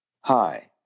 Hi